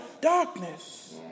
darkness